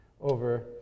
over